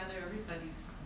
everybody's